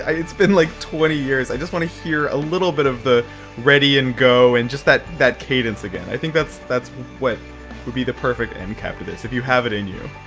it's been like twenty years, i just wanna hear a little bit of the ready and go, and just that that cadence again. i think that's that's what would be the perfect end cap to this if you have it in you.